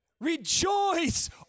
rejoice